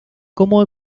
como